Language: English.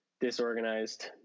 disorganized